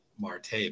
Marte